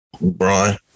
Brian